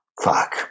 fuck